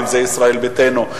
ואם זו ישראל ביתנו,